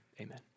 Amen